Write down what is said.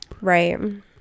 Right